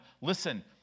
listen